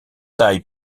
taille